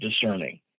discerning